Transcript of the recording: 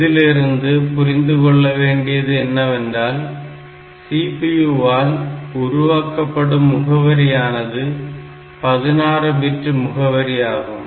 இதிலிருந்து புரிந்து கொள்ள வேண்டியது என்னவென்றால் CPU ஆல் உருவாக்கப்படும் முகவரியானது 16 பிட்டு முகவரி ஆகும்